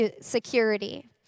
security